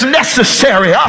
necessary